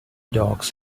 dogs